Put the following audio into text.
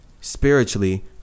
spiritually